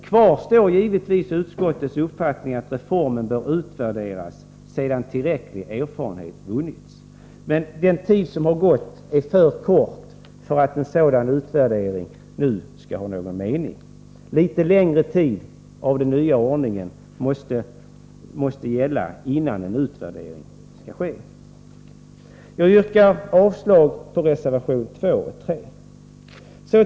Kvar står givetvis utskottets uppfattning att reformen bör utvärderas sedan tillräcklig erfarenhet vunnits, men den tid som har gått är alltför kort för att en sådan utvärdering nu skall vara meningsfull. Den nya ordningen bör således tillämpas ännu någon tid. Jag yrkar med detta avslag på reservationerna 2 och 3.